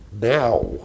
now